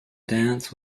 dance